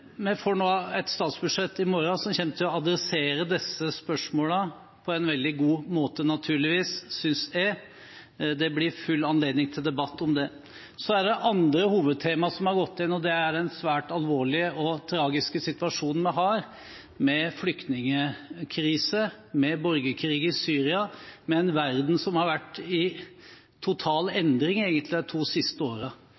Vi får i morgen et statsbudsjett som kommer til å adressere disse spørsmålene på en veldig god måte, naturligvis, synes jeg. Det blir god anledning til debatt om det. Det andre hovedtemaet som har gått igjen, er den svært alvorlige og tragiske situasjonen vi har, med flyktningkrise, med borgerkrig i Syria, med en verden som har vært i total endring, egentlig, de to siste